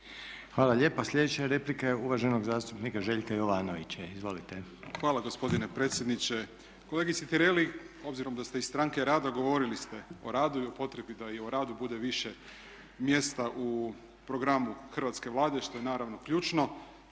Hvala lijepa. Sljedeća replika je uvaženog zastupnika Željka Jovanovića. Izvolite. **Jovanović, Željko (SDP)** Hvala gospodine predsjedniče. Kolegice Tireli, obzirom da ste iz Stranke rada govorili ste o radu i potrebi da i o radu bude više mjesta u programu hrvatske Vlade što je naravno ključno.